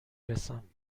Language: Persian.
رسم